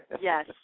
yes